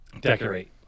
decorate